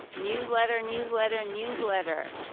newsletter, newsletter, newsletter.